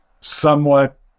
somewhat